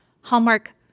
Hallmark